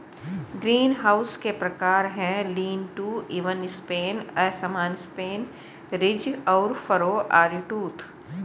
greenhouse के प्रकार है, लीन टू, इवन स्पेन, असमान स्पेन, रिज और फरो, आरीटूथ